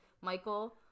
Michael